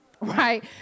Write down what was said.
right